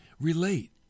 relate